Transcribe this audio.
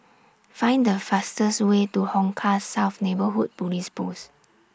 Find The fastest Way to Hong Kah South Neighbourhood Police Post